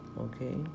okay